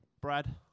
Brad